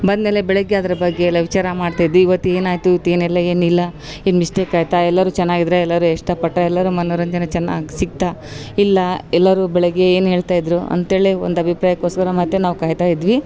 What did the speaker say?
ಬಂದಮೇಲೆ ಬೆಳಗ್ಗೆ ಅದ್ರ ಬಗ್ಗೆ ಎಲ್ಲ ವಿಚಾರ ಮಾಡ್ತಿದ್ವಿ ಇವತ್ತು ಏನು ಆಯಿತು ಏನಿಲ್ಲ ಏನಿಲ್ಲ ಏನು ಮಿಸ್ಟೇಕ್ ಆಯಿತ ಎಲ್ಲರೂ ಚೆನ್ನಾಗಿದ್ರ ಎಲ್ಲರೂ ಇಷ್ಟ ಪಟ್ಟರ ಎಲ್ಲರು ಮನೋರಂಜನೆ ಚೆನ್ನಾಗ್ ಸಿಕ್ತಾ ಇಲ್ಲ ಎಲ್ಲರೂ ಬೆಳಗ್ಗೆ ಏನು ಹೇಳ್ತಾಯಿದ್ರು ಅಂತೇಳಿ ಒಂದು ಅಭಿಪ್ರಾಯಕೋಸ್ಕರ ಮತ್ತು ನಾವು ಕಾಯ್ತಾಯಿದ್ವಿ